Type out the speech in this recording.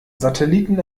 satelliten